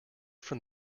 from